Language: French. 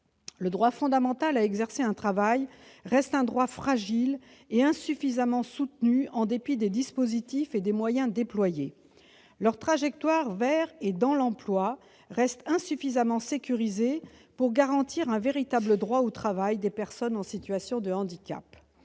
Le droit fondamental à exercer un travail reste un droit fragile et insuffisamment soutenu, en dépit des dispositifs et des moyens déployés. Leur trajectoire vers et dans l'emploi reste insuffisamment sécurisée pour garantir un véritable droit au travail des personnes en situation de handicap.